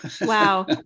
Wow